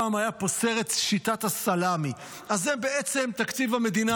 פעם היה פה סרט "שיטת הסלמי" אז זה בעצם תקציב המדינה,